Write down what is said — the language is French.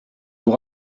vous